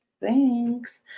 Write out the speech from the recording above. thanks